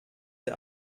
der